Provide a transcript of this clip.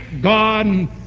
god